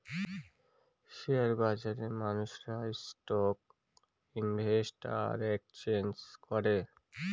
share বাজারে মানুষেরা stock invest আর এক্সচেঞ্জ করে